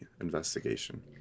investigation